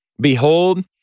behold